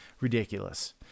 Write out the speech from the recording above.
ridiculous